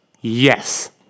Yes